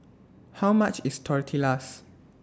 How much IS Tortillas